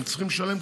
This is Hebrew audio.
הם צריכים לשלם,